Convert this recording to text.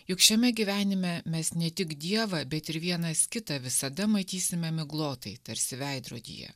juk šiame gyvenime mes ne tik dievą bet ir vienas kitą visada matysime miglotai tarsi veidrodyje